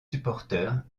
supporteurs